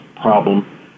problem